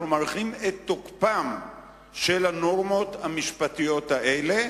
מאריכים את תוקפן של הנורמות המשפטיות האלה,